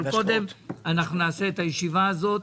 אבל קודם נקיים את הישיבה הזאת.